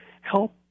help